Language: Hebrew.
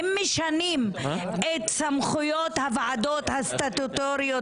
אם משנים את סמכויות הוועדות הסטטוטוריות